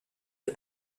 you